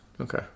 Okay